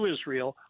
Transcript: Israel